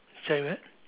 sorry what